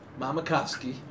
Mamakovsky